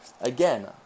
again